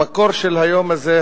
המקור של היום הזה,